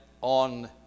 on